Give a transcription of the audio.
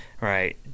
right